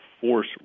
force